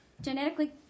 genetically